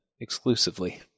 exclusively